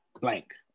blank